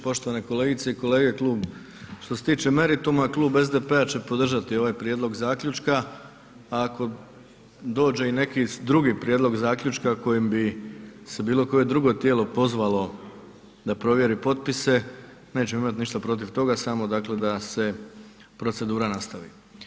Poštovane kolegice i kolege, klub, što se tiče merituma Klub SDP-a će podržati ovaj prijedlog zaključka, a ako dođe i neki drugi prijedlog zaključka kojim bi se bilo koje drugo tijelo pozvalo da provjeri potpise nećemo imati ništa protiv toga, samo dakle da se procedura nastavi.